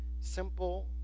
simple